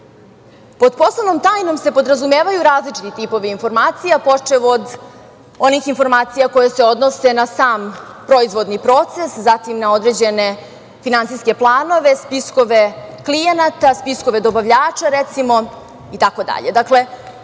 poslovnom tajnom se podrazumevaju različiti tipovi informacija, počev od onih informacija koje se odnose na sam proizvodni proces, zatim na određene finansijske planove, spiskove klijenata, spiskove dobavljača, itd.